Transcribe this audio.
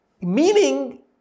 Meaning